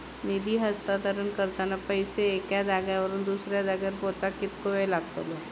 निधी हस्तांतरण करताना पैसे एक्या जाग्यावरून दुसऱ्या जाग्यार पोचाक कितको वेळ लागतलो?